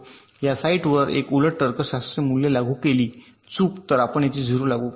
च्या साइटवर एक उलट तर्कशास्त्र मूल्ये लागू केली चूक तर आपण येथे 0 लागू करतो